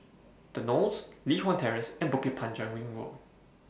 The Knolls Li Hwan Terrace and Bukit Panjang Ring Road